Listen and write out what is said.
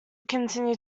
continue